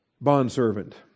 bondservant